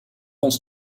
ons